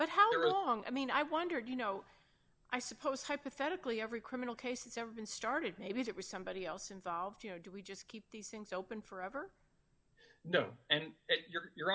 let however long i mean i wonder you know i suppose hypothetically every criminal case it's ever been started maybe it was somebody else involved you know do we just keep these things open forever no and you're